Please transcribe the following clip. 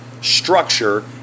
structure